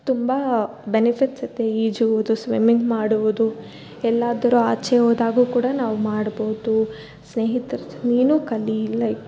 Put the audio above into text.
ತುಂಬ ಬೆನಿಫಿಟ್ಸ್ ಇದೆ ಈಜುವುದು ಸ್ವಿಮಿಂಗ್ ಮಾಡುವುದು ಎಲ್ಲಾದರು ಆಚೆ ಹೋದಾಗು ಕೂಡ ನಾವು ಮಾಡ್ಬೋದು ಸ್ನೇಹಿತರು ನೀನು ಕಲಿ ಇಲ್ಲೆ